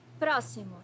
Próximo